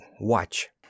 watch